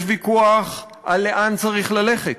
יש ויכוח על לאן צריך ללכת.